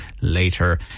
later